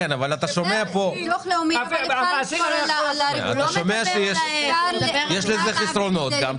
כן, אבל אתה שומע כאן שיש לזה גם חסרונות.